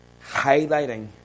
highlighting